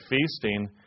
feasting